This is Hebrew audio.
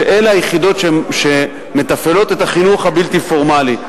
שאלה היחידות שמתפעלות את החינוך הבלתי-פורמלי.